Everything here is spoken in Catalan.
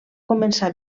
començar